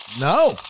No